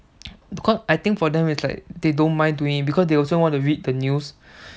cause I think for them it's like they don't mind doing because they also want to read the news